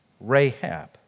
Rahab